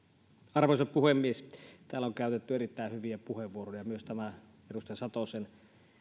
arvoisa puhemies täällä on käytetty erittäin hyviä puheenvuoroja myös tämä edustaja satosen